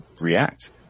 react